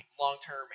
long-term